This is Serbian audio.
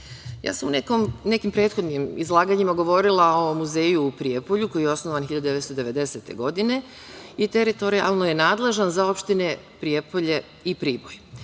sam u nekim prethodnim izlaganjima govorila o muzeju u Prijepolju, koji je osnovan 1990. godine i teritorijalno je nadležan za opštine Prijepolje i Priboj.